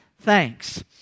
thanks